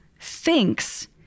thinks